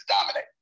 dominate